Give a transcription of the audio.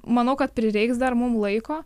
manau kad prireiks dar mum laiko